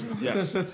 Yes